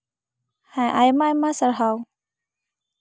ᱦᱮᱸ ᱟᱭᱢᱟ ᱟᱭᱢᱟ ᱥᱟᱨᱦᱟᱣ